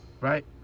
Right